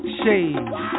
shades